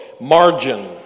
Margin